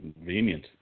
Convenient